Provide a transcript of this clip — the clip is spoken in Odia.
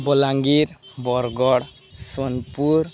ବଲାଙ୍ଗୀର ବରଗଡ଼ ସୋନପୁର